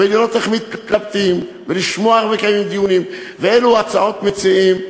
לראות איך מתלבטים ולשמוע איך מקיימים כאלה דיונים ואילו הצעות מציעים.